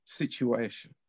situation